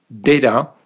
data